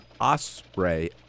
osprey